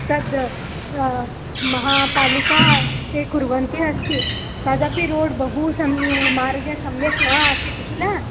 तद् महापालिका ते कुर्वन्ति अस्ति तदपि रोड् बहु सः मार्गे सम्यक् न आसीत् किल